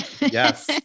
Yes